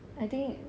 I think